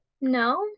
no